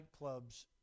nightclubs